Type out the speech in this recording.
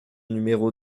numéro